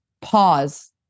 pause